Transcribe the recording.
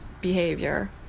behavior